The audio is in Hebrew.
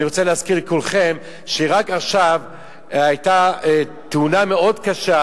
אני רוצה להזכיר לכולכם שרק עכשיו היתה תאונה מאוד קשה,